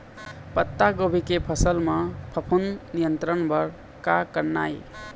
पत्तागोभी के फसल म फफूंद नियंत्रण बर का करना ये?